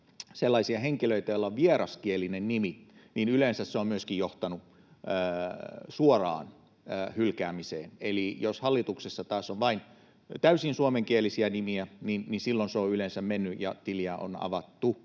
sellaisia henkilöitä, joilla on vieraskielinen nimi, niin yleensä se on myöskin johtanut suoraan hylkäämiseen. Eli jos taas hallituksessa on vain täysin suomenkielisiä nimiä, niin silloin se on yleensä mennyt läpi ja tili on avattu.